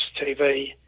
TV